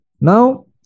now